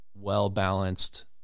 well-balanced